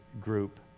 group